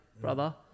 brother